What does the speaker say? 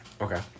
Okay